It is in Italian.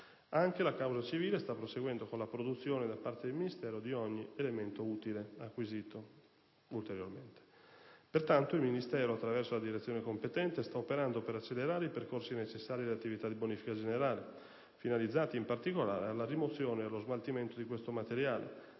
Anche la causa civile sta proseguendo con la produzione, da parte del Ministero, di ogni elemento ulteriore acquisito. Pertanto, il Ministero dell'ambiente, attraverso la Direzione competente, sta operando per accelerare i percorsi necessari alle attività di bonifica generale, finalizzati, in particolare, alla rimozione e allo smaltimento di questo materiale,